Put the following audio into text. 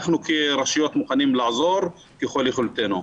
אנחנו ברשויות מוכנים לעזור ככל יכולתנו.